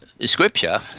scripture